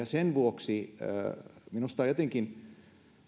sen vuoksi minusta on jotenkin